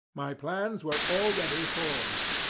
my plans were already formed.